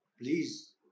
please